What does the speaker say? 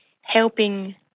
helping